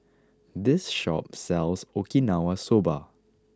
this shop sells Okinawa soba